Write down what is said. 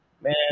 man